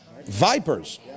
vipers